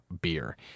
beer